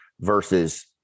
versus